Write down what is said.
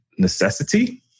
necessity